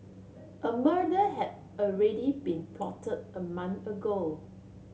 a murder had already been plotted a month ago